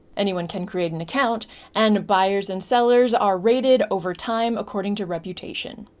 anyone can create an account and buyers and sellers are rated over time according to reputation.